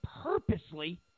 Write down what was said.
purposely